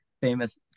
Famous